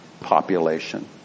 population